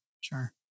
Sure